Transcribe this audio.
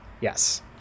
yes